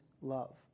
love